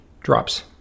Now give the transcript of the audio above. drops